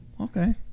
okay